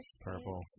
purple